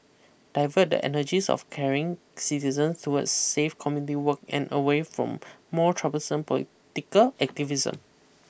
divert the energies of caring citizens towards safe community work and away from more troublesome political activism